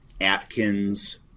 Atkins